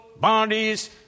bodies